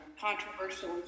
controversial